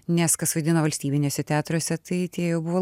nes kas vaidino valstybiniuose teatruose tai tie jau buvo